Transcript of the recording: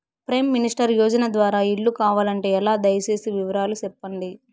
Prime minister యోజన ద్వారా ఇల్లు కావాలంటే ఎలా? దయ సేసి వివరాలు సెప్పండి?